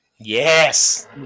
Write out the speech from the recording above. Yes